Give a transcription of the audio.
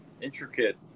intricate